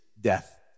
death